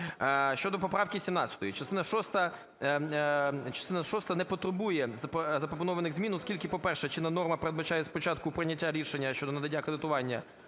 Щодо поправки 17. Частина шоста не потребує запропонованих змін, оскільки, по-перше, чинна норма передбачає спочатку прийняття рішення щодо надання кредитування,